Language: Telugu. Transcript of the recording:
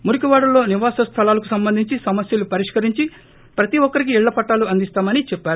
మురికివాడలలో నివాస స్థలాలకు సంబంధించి సమస్యలు పరిష్కరించి ప్రతి ఒక్కరికీ ఇళ్ల పట్టాలు అందిస్తామని చెప్పారు